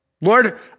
Lord